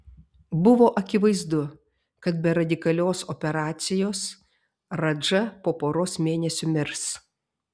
buvo akivaizdu kad be radikalios operacijos radža po poros mėnesių mirs